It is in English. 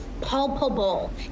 palpable